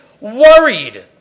worried